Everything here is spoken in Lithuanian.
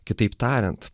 kitaip tariant